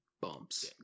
bumps